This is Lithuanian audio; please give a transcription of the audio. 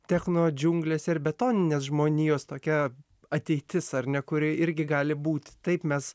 techno džiunglėse ir betoninės žmonijos tokia ateitis ar ne kuri irgi gali būti taip mes